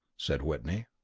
said whitney.